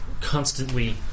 constantly